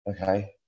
Okay